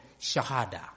shahada